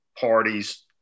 parties –